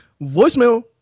voicemail